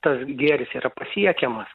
tas gėris yra pasiekiamas